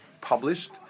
published